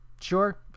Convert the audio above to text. Sure